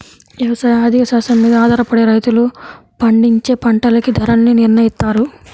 యవసాయ ఆర్థిక శాస్త్రం మీద ఆధారపడే రైతులు పండించే పంటలకి ధరల్ని నిర్నయిత్తారు